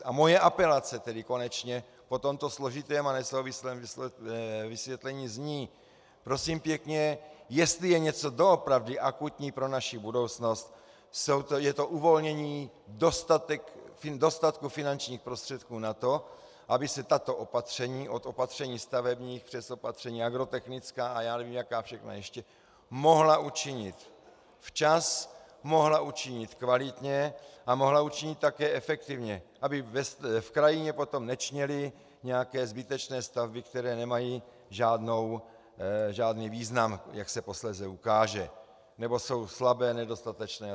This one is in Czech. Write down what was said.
A moje apelace tedy konečně po tomto složitém a nesouvislém vysvětlení zní: Prosím pěkně, jestli je něco doopravdy akutní pro naši budoucnost, je to uvolnění dostatku finančních prostředků na to, aby se tato opatření od opatření stavebních přes opatření agrotechnická a já nevím, jaká všechna ještě mohla učinit včas, mohla učinit kvalitně a mohla učinit také efektivně, aby v krajině potom nečněly nějaké zbytečné stavby, které nemají žádný význam, jak se posléze ukáže, nebo jsou slabé, nedostatečné atp.